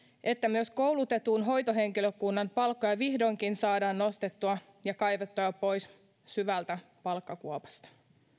että myös koulutetun hoitohenkilökunnan palkkoja vihdoinkin saadaan nostettua ja kaivettua pois syvältä palkkakuopasta